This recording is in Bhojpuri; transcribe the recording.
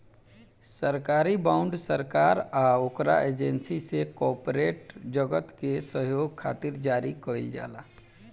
सरकारी बॉन्ड सरकार आ ओकरा एजेंसी से कॉरपोरेट जगत के सहयोग खातिर जारी कईल जाला